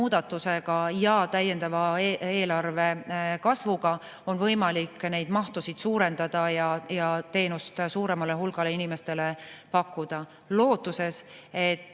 ja täiendava eelarve kasvuga on võimalik seda mahtu suurendada ja teenust suuremale hulgale inimestele pakkuda,